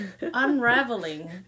unraveling